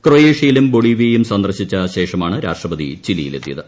ക്രൊയേഷ്യയിലും ബൊളീവിയയും സന്ദർശിച്ച ശേഷമാണ് രാഷ്ട്രപതി ചിലിയിലെത്തിയത്